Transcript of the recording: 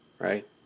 right